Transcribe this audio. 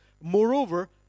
Moreover